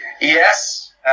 Yes